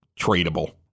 tradable